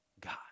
God